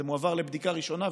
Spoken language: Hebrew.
זה מועבר לבדיקה ראשונה,